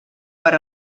per